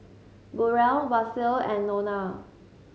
Burrel Basil and Nona